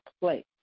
place